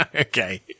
Okay